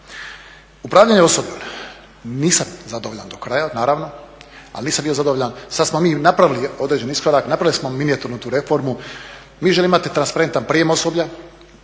Upravljanje osobljem, nisam zadovoljan do kraja naravno, ali nisam bio zadovoljan, sad smo mi napravili određeni iskorak, napravili smo minijaturnu tu reformu. Mi želimo imati transparentan prijem osoblja,